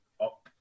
up